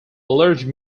large